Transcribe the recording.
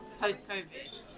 post-Covid